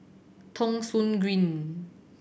Thong Soon Green